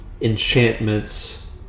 enchantments